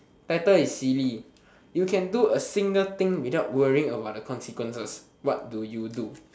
title is silly you can do a single thing without worrying about the consequences what do you do